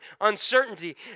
uncertainty